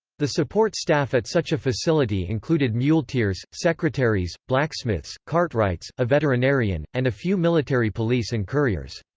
the support staff at such a facility included muleteers, secretaries, blacksmiths, cartwrights, a veterinarian, and a few military police and couriers.